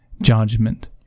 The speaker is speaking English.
judgment